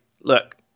look